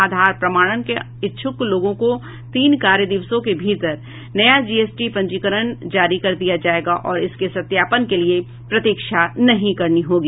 आधार प्रमाणन के इच्छुक लोगों को तीन कार्य दिवसों के भीतर नया जीएसटी पंजीकरण जारी कर दिया जाएगा और इसके सत्यापन के लिए प्रतीक्षा नहीं करनी होगी